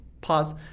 Pause